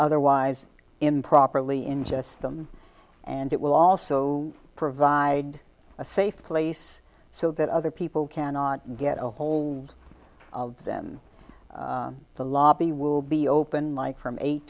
therwise improperly ingest them and it will also provide a safe place so that other people cannot get ahold of them the lobby will be open like from eight